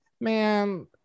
man